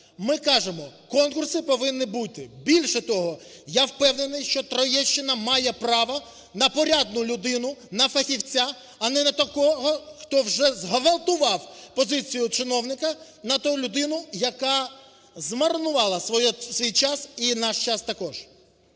Ми кажемо, конкурси повинні бути. Більше того, я впевнений, що Троєщина має право на порядку людину, на фахівця, а не на такого, хто вже зґвалтував позицію чиновника, на ту людину, яка змарнувала свій час і наш час також.